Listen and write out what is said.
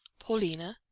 paulina,